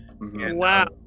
Wow